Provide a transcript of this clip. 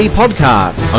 podcast